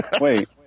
Wait